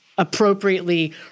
appropriately